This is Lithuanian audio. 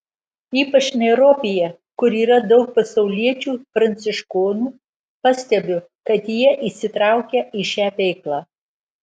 ypač nairobyje kur yra daug pasauliečių pranciškonų pastebiu kad jie įsitraukę į šią veiklą